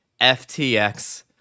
FTX